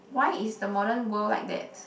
why is the modern world like that